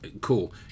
Cool